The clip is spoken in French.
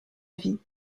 vie